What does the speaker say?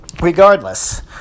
regardless